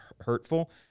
hurtful